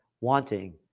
wanting